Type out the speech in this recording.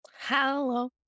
Hello